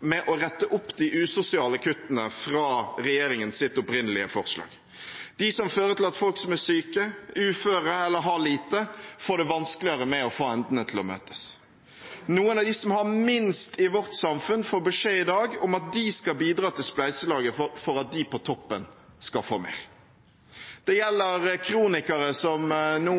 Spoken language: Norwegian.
med å rette opp de usosiale kuttene fra regjeringens opprinnelige forslag – de som fører til at folk som er syke, uføre eller har lite, får det vanskeligere med å få endene til å møtes. Noen av dem som har minst i vårt samfunn, får beskjed i dag om at de skal bidra til spleiselaget for at de på toppen skal få mer. Det gjelder kronikere, som nå